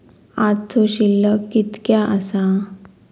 आजचो शिल्लक कीतक्या आसा?